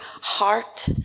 heart